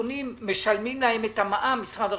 המשפחתונים משלמים להם את המע"מ משרד הרווחה.